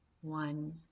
one